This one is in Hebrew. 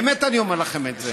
באמת, אני אומר לכם את זה.